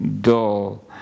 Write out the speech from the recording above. dull